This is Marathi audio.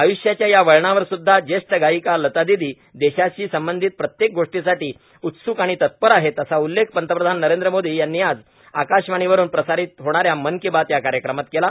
आय्ष्याच्या या वळणावर सुध्दा ज्येष्ठ गायिका लता दीदी देशाशी संबंधित प्रत्येक गोष्टीसाठी उत्सुक आणि तत्पर आहेत असा उल्लेख पंतप्रधान नरेंद्र मोदी यांनी आज आकाशवाणीवरून प्रसारीत होणा या मन की बात या कार्यक्रमात केला